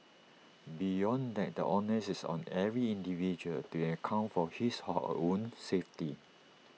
beyond that the onus is on every individual to account for his or her own safety